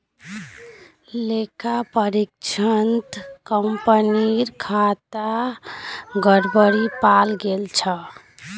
लेखा परीक्षणत कंपनीर खातात गड़बड़ी पाल गेल छ